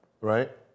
right